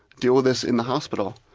deal with this in the hospital.